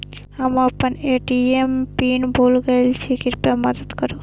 हम आपन ATM PIN भूल गईल छी, कृपया मदद करू